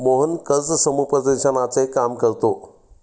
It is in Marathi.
मोहन कर्ज समुपदेशनाचे काम करतो